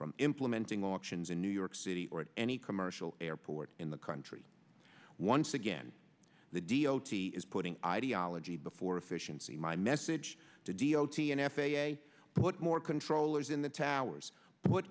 from implementing options in new york city or any commercial airport in the country once again the d o t is putting ideology before efficiency my message to d o t an f a a put more controllers in the towers put